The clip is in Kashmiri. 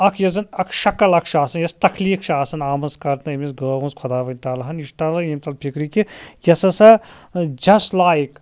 اَکھ یۅس زَن اَکھ شکٕل اَکھ چھِ یۅس تخلیٖق چھِ آسان آمٕژ کَرنہٕ أمِس گٲو ہٕنٛز خۄدا ونٛد تعالاہَن یہِ چھُ تَوے اَمہِ تلہٕ فِکرِ کہِ یۅس ہَسا جَسٹ لایک